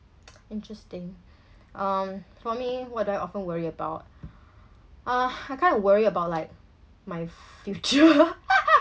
interesting um for me what do I often worry about uh I kind of worry about like my future